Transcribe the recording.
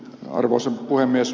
arvoisa puhemies